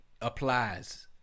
applies